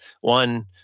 one